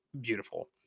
beautiful